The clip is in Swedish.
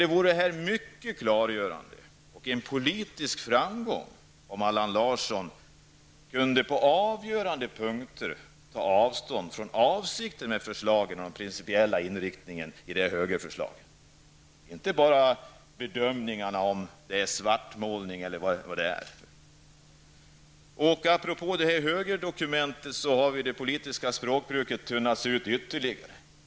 Det vore mycket klargörande och en politisk framgång om Allan Larsson på avgörande punkter kunde ta avstånd från avsikten med förslaget och den principiella inriktningen i högerförslaget och inte bara göra bedömningar av ifall det är en svartmålning eller inte. Apropå högerdokumentet kan man konstatera att det politiska språkbruket har tunnats ut ytterligare.